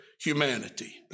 humanity